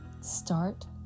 start